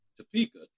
Topeka